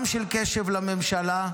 גם של קשב לממשלה,